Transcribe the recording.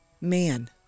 Man